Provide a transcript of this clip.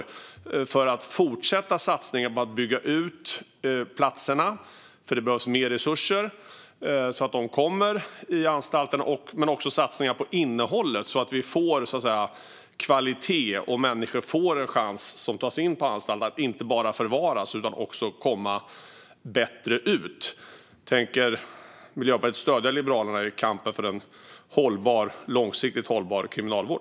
Det handlar om att fortsätta satsningen på att bygga ut platserna, för det behövs mer resurser så att de kommer ut till anstalterna, men det behövs också satsningar på innehållet så att vi får kvalitet och så att människor som tas in på anstalt får en chans att inte bara förvaras utan också komma ut därifrån bättre. Tänker Miljöpartiet stödja Liberalerna i kampen för en långsiktigt hållbar kriminalvård?